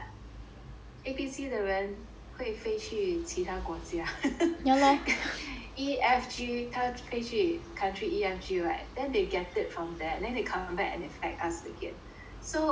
A B C 的人会飞去其他国家 E F G 他飞去 country E F G right then they get it from there and then come back and infect us again so